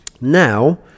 Now